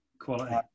quality